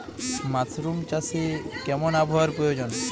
Mushroom চাষে কেমন আবহাওয়ার প্রয়োজন?